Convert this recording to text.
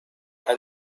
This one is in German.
ein